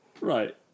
right